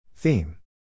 Theme